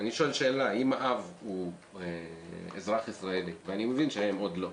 אם האב הוא אזרח ישראלי ואני מבין שהאם עוד לא,